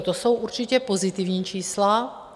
To jsou určitě pozitivní čísla.